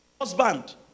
husband